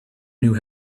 knew